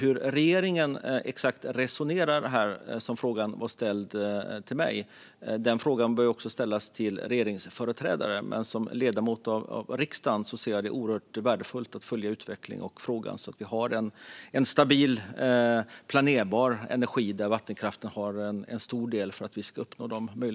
Frågan om hur regeringen resonerar bör också ställas till regeringsföreträdare, men som ledamot av riksdagen ser jag det som mycket värdefullt att följa utvecklingen och frågan så att vi har en stabil, planerbar energi där vattenkraften utgör en stor och viktig del.